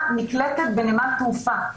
נקלטת בנמל תעופה.